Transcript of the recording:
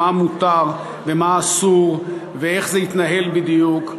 בדיוק: מה מותר ומה אסור, ואיך זה יתנהל בדיוק.